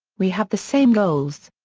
we have the same goals.